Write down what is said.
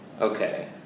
Okay